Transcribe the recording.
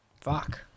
Fuck